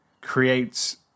creates